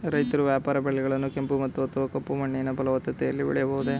ರೈತರು ವ್ಯಾಪಾರ ಬೆಳೆಗಳನ್ನು ಕೆಂಪು ಮಣ್ಣು ಅಥವಾ ಕಪ್ಪು ಮಣ್ಣಿನ ಫಲವತ್ತತೆಯಲ್ಲಿ ಬೆಳೆಯಬಹುದೇ?